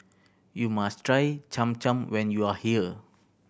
you must try Cham Cham when you are here